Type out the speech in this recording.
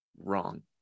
Wrong